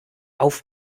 auf